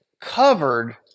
covered